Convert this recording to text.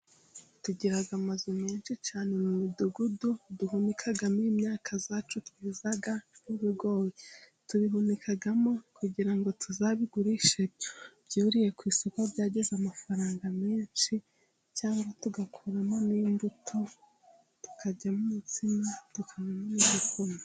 Tugira amazu menshi cyane mu midugudu duhunikamo imyaka yacu tweza ,nk'ibigori tubihunikamo kugira ngo tuzabigurishe byuriye ku isoko byagize amafaranga menshi, cyangwa tugakuramo n'imbuto, tukaryamo umutsima, tukanywamo n'igikoma.